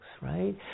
Right